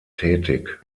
tätig